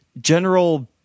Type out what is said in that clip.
general